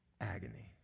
agony